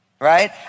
right